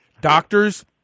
Doctors